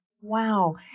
Wow